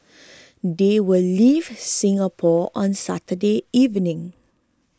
they will leave Singapore on Saturday evening